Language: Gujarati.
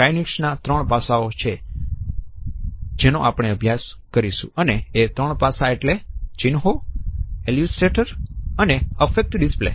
કનિઝિક્સ ના ત્રણ પાસાઓ છે જેનો આપણે અભ્યાસ કરીશું અને એ ત્રણ પાસા એટલે ચીન્હ્નો એલ્યુસટ્રેટર અને અફેક્ટ ડિસ્પ્લે